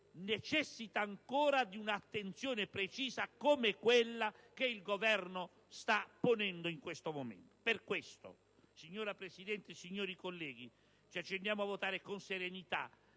necessita ancora di un'attenzione precisa come quella che il Governo vi sta ponendo in questo momento. Per questo, signora Presidente, colleghi, ci accingiamo a votare con serenità